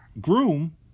groom